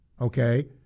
okay